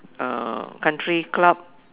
uh country club